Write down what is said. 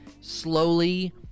slowly